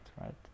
right